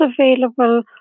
available